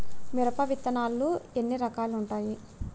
మిరప విత్తనాలు ఎన్ని రకాలు ఉంటాయి?